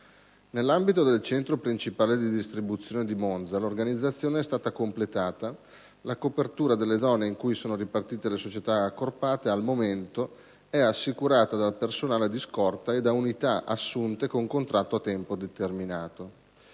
Nell'ambito del centro principale di distribuzione di Monza, l'organizzazione è stata completata e la copertura delle zone in cui sono ripartite le località accorpate, al momento, è assicurata dal personale di scorta e da unità assunte con contratto a tempo determinato.